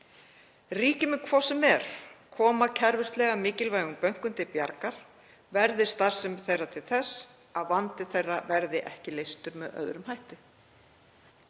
Ríkið mun hvort sem er koma kerfislega mikilvægum bönkum til bjargar verði starfsemi þeirra til þess að vandi þeirra verði ekki leystur með öðrum hætti.